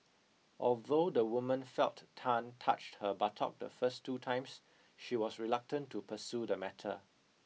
although the woman felt Tan touched her buttock the first two times she was reluctant to pursue the matter